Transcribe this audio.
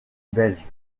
belge